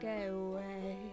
away